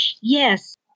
Yes